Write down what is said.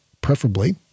preferably